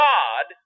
God